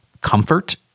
comfort